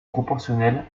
proportionnelle